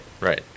right